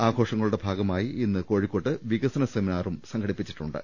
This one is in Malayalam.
ആഘോഷങ്ങളുടെ ഭാഗമായി ഇന്ന് കോഴിക്കോട്ട് വികസനസെമിനാറും സംഘടിപ്പിച്ചിട്ടുണ്ട്